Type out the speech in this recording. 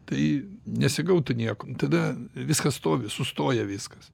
tai nesigautų nieko tada viskas stovi sustoja viskas